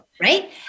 right